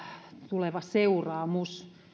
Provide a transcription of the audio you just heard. tuleva seuraamus